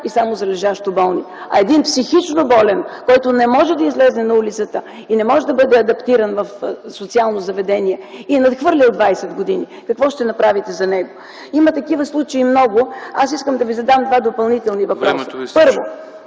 и само за лежащо болни”. А един психично болен, който не може да излезе на улицата и не може да бъде адаптиран в социално заведение и е надхвърлил 20 години? Какво ще направите за него? Има много такива случаи. Аз искам да Ви задам два допълнителни въпроса: Първо,